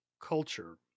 culture